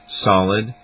solid